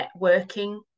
networking